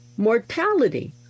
Mortality